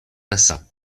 lesa